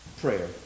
prayer